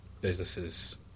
businesses